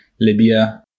Libya